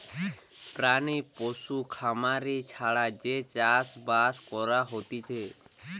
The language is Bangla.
প্রাণী পশু খামারি ছাড়া যে চাষ বাস করা হতিছে